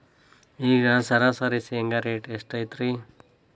ಈಗ ಸರಾಸರಿ ಶೇಂಗಾ ರೇಟ್ ಎಷ್ಟು ಐತ್ರಿ?